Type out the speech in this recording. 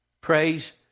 Praise